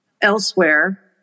elsewhere